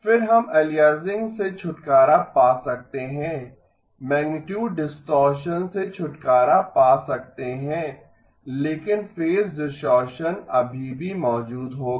फिर हम अलियासिंग से छुटकारा पा सकते हैं मैगनीटुड डिस्टॉरशन से छुटकारा पा सकते हैं लेकिन फेज डिस्टॉरशन अभी भी मौजूद होगा